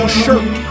shirt